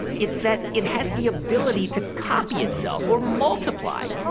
it's that it has the ability to copy itself or multiply.